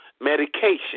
medication